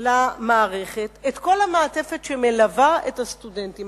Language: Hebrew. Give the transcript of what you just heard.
למערכת את כל המעטפת שמלווה את הסטודנטים.